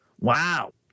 Wow